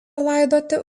laidoti